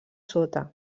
sota